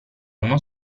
uno